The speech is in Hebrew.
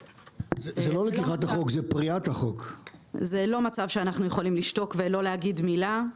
זה לא מצב שאנחנו יכולים לשתוק ולא לומר מילה.